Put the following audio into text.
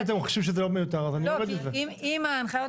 אם אתם חושבים שזה לא מיותר אז אני יורד מזה.